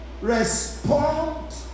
respond